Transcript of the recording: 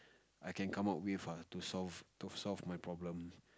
I can come up with ah to solve to solve my problem